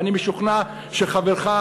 ואני משוכנע שחברך,